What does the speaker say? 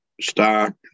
stock